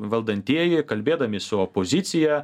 valdantieji kalbėdami su opozicija